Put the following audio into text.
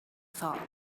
thought